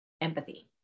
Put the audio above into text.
empathy